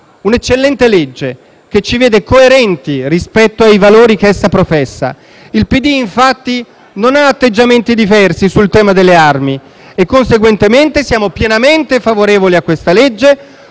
un'eccellente legge, che ci vede coerenti rispetto ai valori che essa professa. Il PD infatti non ha atteggiamenti diversi sul tema delle armi e conseguentemente siamo pienamente favorevoli a questa legge,